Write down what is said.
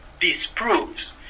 disproves